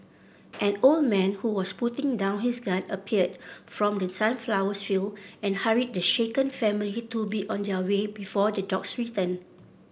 an old man who was putting down his gun appeared from the sunflowers field and hurried the shaken family to be on their way before the dogs return